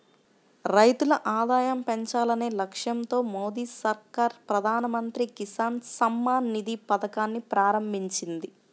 రైతుల ఆదాయం పెంచాలనే లక్ష్యంతో మోదీ సర్కార్ ప్రధాన మంత్రి కిసాన్ సమ్మాన్ నిధి పథకాన్ని ప్రారంభించింది